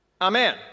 amen